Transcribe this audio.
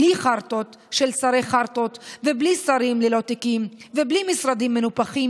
בלי חרטות של שרי חרטות ובלי שרים ללא תיקים ובלי משרדים מנופחים,